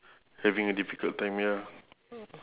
having a difficult time ya